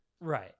Right